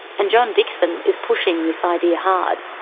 and john dixon is pushing this idea hard.